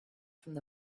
from